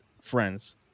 friends